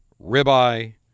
Ribeye